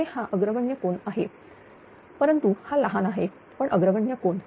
इथे हा अग्रगण्य कोन आहे परंतु हा लहान आहे पण अग्रगण्य कोन